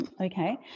okay